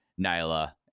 nyla